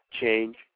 change